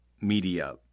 media